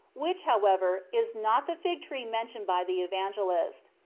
which, however, is not the fig tree mentioned by the evangelist.